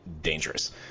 dangerous